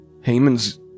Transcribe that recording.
Haman's